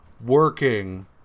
working